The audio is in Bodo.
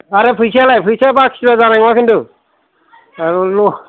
आरो फैसायालाय फैसाया बाखिबा जानाय नङा खिन्थु